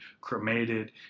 cremated